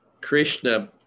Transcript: Krishna